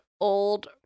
old